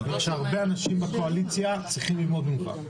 הרבה אנשים בקואליציה צריכים ללמוד ממך.